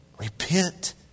Repent